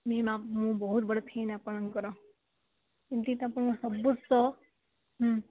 ma'am ମୁଁ ବହୁତ ବଡ଼ ଫ୍ୟାନ୍ ଆପଣଙ୍କର ଏମିତି ତ ଆପଣଙ୍କର ସବୁ ସ